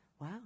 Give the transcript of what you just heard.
Wow